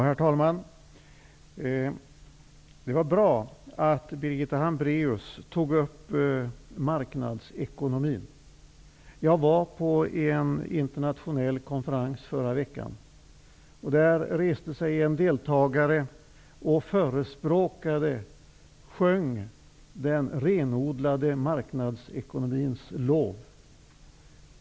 Herr talman! Det var bra att Birgitta Hambraeus tog upp marknadsekonomin. Förra veckan var jag på en internationell konferens, där en deltagare sjöng den renodlade marknadsekonomins lov.